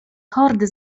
hordy